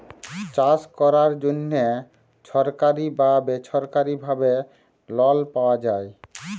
চাষ ক্যরার জ্যনহে ছরকারি বা বেছরকারি ভাবে লল পাউয়া যায়